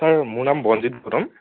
মোৰ নাম বনজিৎ বৰ্মন